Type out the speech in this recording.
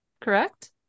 correct